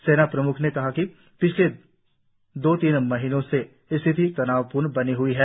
सेना प्रमुख ने कहा कि पिछले दो तीन महीनों से स्थिति तनावपूर्ण बनी ह्ई है